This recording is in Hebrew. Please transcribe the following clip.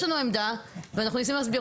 יש לנו עמדה ואנחנו מנסים להסביר